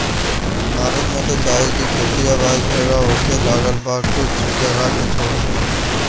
भारत में त चाय के खेती अब हर जगह होखे लागल बा कुछ जगह के छोड़ के